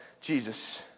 Jesus